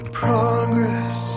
progress